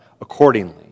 accordingly